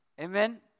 Amen